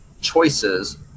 choices